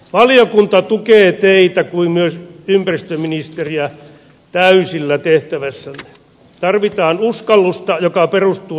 valiokunta tukee teitä kuin myös ympäristöministeriä täysillä tehtävässänne tarvitaan uskallusta joka perustuu